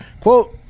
Quote